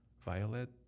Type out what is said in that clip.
violet